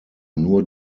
nur